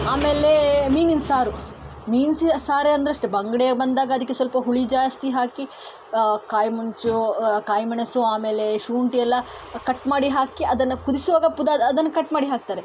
ಆಮೇಲೆ ಮೀನಿನ ಸಾರು ಮೀನು ಸಾರು ಅಂದರೆ ಅಷ್ಟೆ ಬಂಗುಡೆ ಬಂದಾಗ ಅದಕ್ಕೆ ಸ್ವಲ್ಪ ಹುಳಿ ಜಾಸ್ತಿ ಹಾಕಿ ಕಾಯ್ಮುಂಚು ಕಾಯಿಮೆಣಸು ಆಮೇಲೆ ಶುಂಠಿ ಎಲ್ಲ ಕಟ್ ಮಾಡಿ ಹಾಕಿ ಅದನ್ನು ಕುದಿಸುವಾಗ ಪುದರ್ ಅದನ್ನು ಕಟ್ ಮಾಡಿ ಹಾಕ್ತಾರೆ